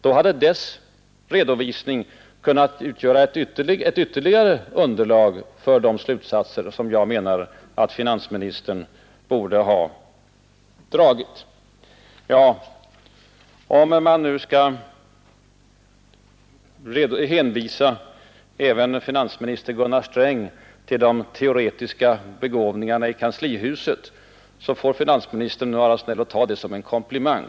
Då hade dess redovisning kunnat utgöra ytterligare ett underlag för de slutsatser som jag menar att finansministern borde ha dragit. Om man nu hänför även finansminister Gunnar Sträng till de teoretiska begåvningarna i kanslihuset får finansministern vara snäll och ta det som en komplimang.